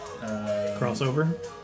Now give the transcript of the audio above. Crossover